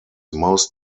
most